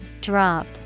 Drop